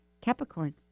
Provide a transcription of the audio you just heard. Capricorn